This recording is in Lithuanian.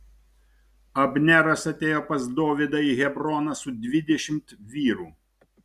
abneras atėjo pas dovydą į hebroną su dvidešimt vyrų